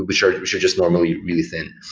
which are which are just normally really thin.